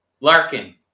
Larkin